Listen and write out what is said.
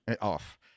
Off